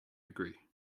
agree